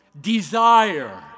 desire